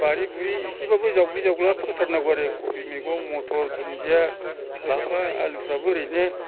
बारि बुरि इसेबाबो जावग्लि जावग्ला फोथारनांगौ आरो कबि मैगं मथर दुन्दिया लाफा आलुफ्राबो ओरैनो